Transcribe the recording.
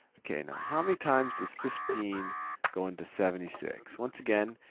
ok, now how many times does fifteen go into seventy six? once again,